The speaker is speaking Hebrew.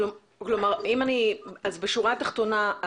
אז בשורה ה תחתונה,